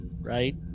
right